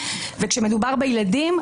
וכשמדובר בילדים,